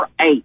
eight